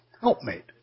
Helpmate